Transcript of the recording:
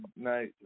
night